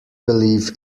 believe